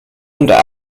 unter